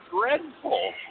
dreadful